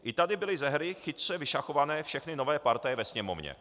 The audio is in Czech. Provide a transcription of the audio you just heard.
I tady byly ze hry chytře vyšachované všechny nové partaje ve Sněmovně.